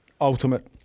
ultimate